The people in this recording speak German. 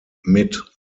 mit